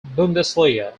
bundesliga